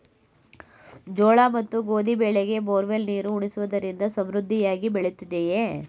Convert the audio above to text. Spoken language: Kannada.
ಜೋಳ ಮತ್ತು ಗೋಧಿ ಬೆಳೆಗೆ ಬೋರ್ವೆಲ್ ನೀರು ಉಣಿಸುವುದರಿಂದ ಸಮೃದ್ಧಿಯಾಗಿ ಬೆಳೆಯುತ್ತದೆಯೇ?